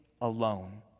alone